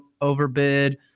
overbid